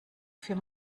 für